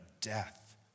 death